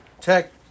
Tech